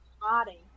body